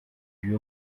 lui